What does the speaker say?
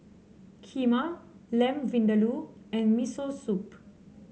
Kheema Lamb Vindaloo and Miso Soup